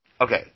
Okay